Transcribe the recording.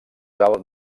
alt